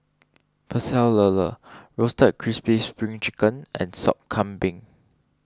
Pecel Lele Roasted Crispy Spring Chicken and Sop Kambing